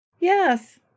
Yes